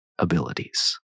abilities